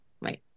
Right